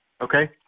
Okay